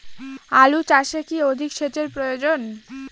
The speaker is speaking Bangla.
আলু চাষে কি অধিক সেচের প্রয়োজন?